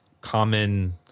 common